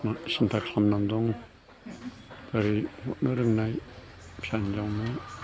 मा सिन्था खालामना दं बोरै हरनो रोंनाय फिसा हिन्जावनि